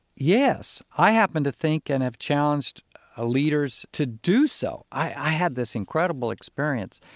yes, i happen to think, and have challenged ah leaders to do so. i had this incredible experience,